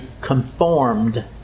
conformed